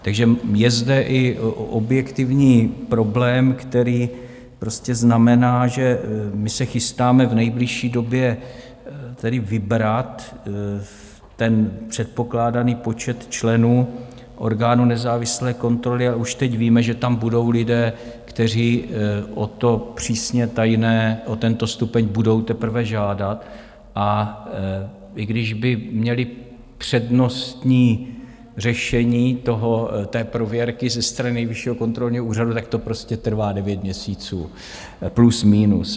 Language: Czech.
Takže je zde i objektivní problém, který prostě znamená, že se chystáme v nejbližší době vybrat předpokládaný počet členů orgánu nezávislé kontroly, a už teď víme, že tam budou lidé, kteří o to přísně tajné, o tento stupeň, budou teprve žádat, a i kdyby měli přednostní řešení prověrky ze strany Nejvyššího kontrolního úřadu, tak to prostě trvá devět měsíců plus minus.